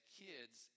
kids